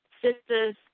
Sisters